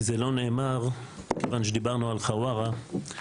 כי זה לא נאמר כיוון שדיברנו על חווארה,